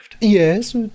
Yes